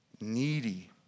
needy